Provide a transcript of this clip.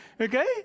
Okay